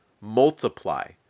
multiply